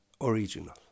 original